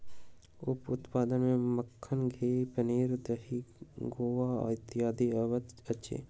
उप उत्पाद मे मक्खन, घी, पनीर, दही, खोआ इत्यादि अबैत अछि